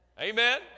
Amen